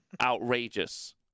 outrageous